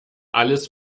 alles